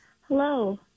Hello